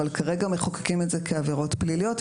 אבל כרגע מחוקקים את זה כעבירות פליליות,